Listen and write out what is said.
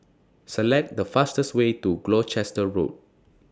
Select The fastest Way to Gloucester Road